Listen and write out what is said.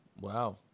Wow